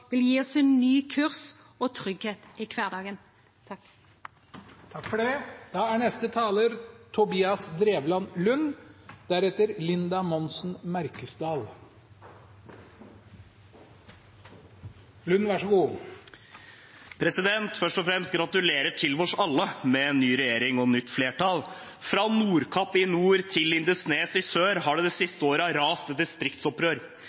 vil gje oss ein ny kurs og tryggleik i kvardagen. Først og fremst gratulerer til oss alle med ny regjering og nytt flertall. Fra Nordkapp i nord til Lindesnes i sør har det de siste årene rast et distriktsopprør,